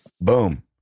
Boom